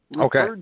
Okay